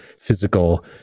physical